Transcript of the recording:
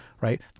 Right